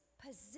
position